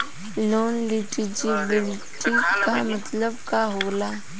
Loan eligibility का मतलब का होला?